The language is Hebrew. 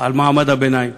על מעמד הביניים.